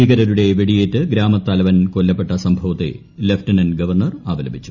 ഭീകരരുടെ വെടിയേറ്റ് ഗ്രാമത്തലവൻ കൊല്ലപ്പെട്ട സംഭവത്തെ ലഫ്റ്റനന്റ് ഗവർണർ അപലപിച്ചു